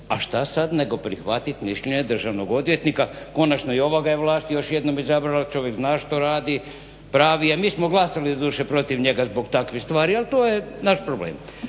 A šta sada nego prihvatiti mišljenje državnog odvjetnika konačno i ova ga je vlast još jednom izabrala, čovjek zna što radi, pravi je. mi smo glasali doduše protiv njega zbog takvih stvari ali to je naš problem.